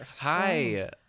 Hi